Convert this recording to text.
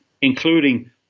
including